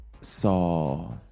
Saw